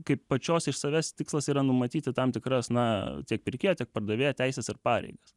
kaip pačios iš savęs tikslas yra numatyti tam tikras na tiek pirkėjo tiek pardavėjo teises ir pareigas